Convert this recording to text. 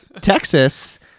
Texas